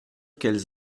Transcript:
qu’elles